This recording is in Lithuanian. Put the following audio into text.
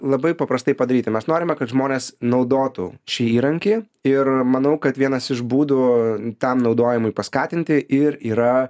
labai paprastai padaryti mes norime kad žmonės naudotų šį įrankį ir manau kad vienas iš būdų tam naudojimui paskatinti ir yra